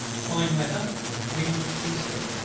fine weather wind easterly.